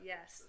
Yes